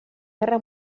guerra